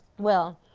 well,